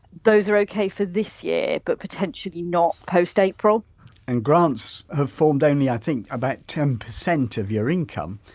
those are okay for this year but potentially not post-april and grants have formed only, i think, about ten percent of your income,